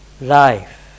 life